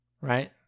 right